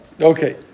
Okay